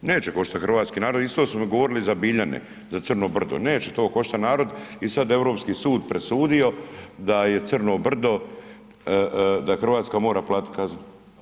Neće koštat hrvatski narod, isto su nam govorili za Biljane, za crno brdo, neće to koštati narod i sad europski sud presudio da je crno brdo, da Hrvatska mora platiti kaznu.